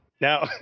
Now